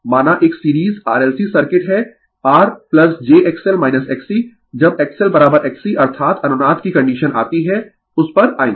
माना एक series RLC circuit है R jXL XC जब XLXC अर्थात अनुनाद की कंडीशन आती है उस पर आयेंगें